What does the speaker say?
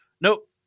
Nope